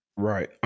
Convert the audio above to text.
Right